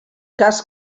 cas